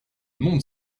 monde